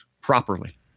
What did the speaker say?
properly